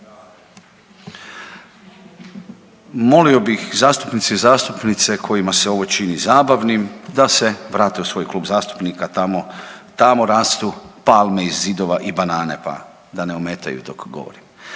Molio bih zastupnice i zastupnike kojima se ovo čini zabavnim da se vrate u svoj klub zastupnika tamo rastu palme iz zidova i banane pa da ne ometaju dok govorim.